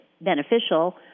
beneficial